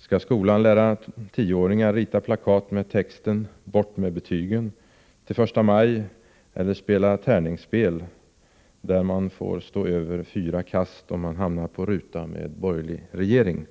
Skall skolan lära tioåringar rita plakat med texten ”Bort med betygen” till första maj eller spela tärningsspel — där man får stå över fyra kast om man hamnar på ruta med borgerlig regering?